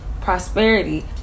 prosperity